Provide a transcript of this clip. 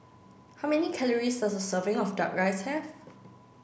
how many calories does a serving of duck rice have